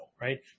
right